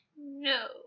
No